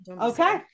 okay